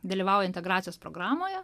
dalyvauja integracijos programoje